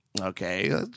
Okay